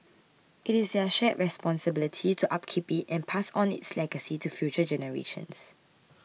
it is their shared responsibility to upkeep it and pass on its legacy to future generations